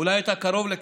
אולי אתה קרוב לכך.